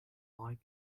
like